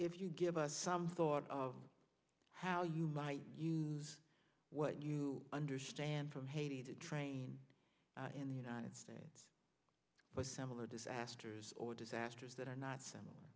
if you give us some thought of how you might use what you understand from haiti to train in the united states but similar disasters or disasters that are not s